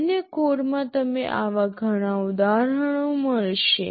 સામાન્ય કોડમાં તમને આવા ઘણા ઉદાહરણો મળશે